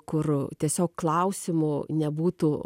kur tiesiog klausimų nebūtų